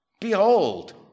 behold